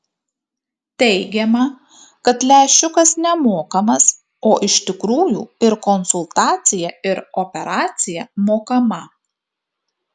teigiama kad lęšiukas nemokamas o iš tikrųjų ir konsultacija ir operacija mokama